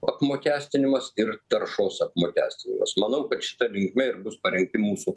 apmokestinimas ir taršos apmokestinimas manau kad šita linkme ir bus parengti mūsų